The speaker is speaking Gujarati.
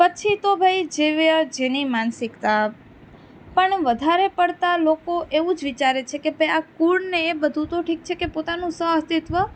પછી તો ભાઈ જેવી જેની માનસિકતા પણ વધારે પડતાં લોકો એવું જ વિચારે છે કે તે આ કુળ ને એ બધુ ઠીક છે કે પોતાનું સહઅસ્તિત્વ